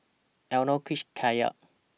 Elenore Cruz Kaycee